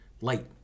light